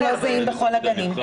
החוזים לא זהים בכל הגנים.